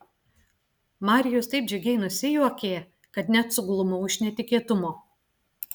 marijus taip džiugiai nusijuokė kad net suglumau iš netikėtumo